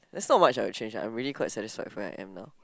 that's not much I'll change lah I'm really quite satisfied where I'm at now